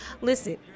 Listen